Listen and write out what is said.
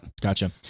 Gotcha